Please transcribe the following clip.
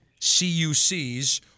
CUCs